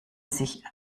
sich